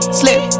slip